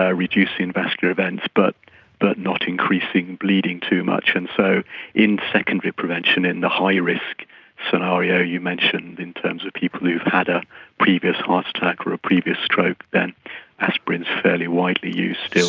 ah reducing vascular events but but not increasing bleeding too much. and so in secondary prevention, in the high risk scenario you mentioned in terms of people who had a previous heart attack or a previous stroke, then aspirin is fairly widely used still,